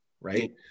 right